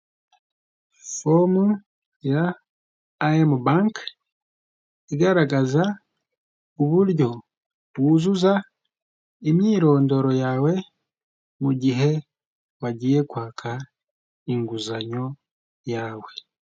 Fomu ya ayemu banke, igaragaza uburyo wuzuza imyirondoro yawe, mugihe wagiye kwaka inguzanyo yawe.